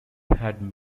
had